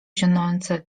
zionące